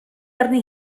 arni